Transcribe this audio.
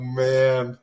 man